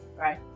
right